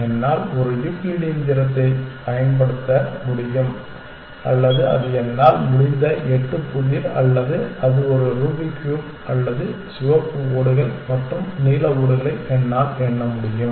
என்னால் ஒரு யூக்ளிடியன் தூரத்தைப் பயன்படுத்த முடியும் அல்லது அது என்னால் முடிந்த எட்டு புதிர் அல்லது அது ஒரு ரூபிக் கியூப் அல்லது சிவப்பு ஓடுகள் மற்றும் நீல ஓடுகளை என்னால் எண்ண முடியும்